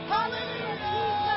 Hallelujah